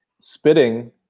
spitting